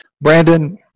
Brandon